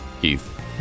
Keith